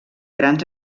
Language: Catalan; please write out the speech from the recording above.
grans